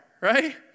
right